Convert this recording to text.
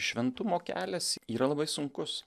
šventumo kelias yra labai sunkus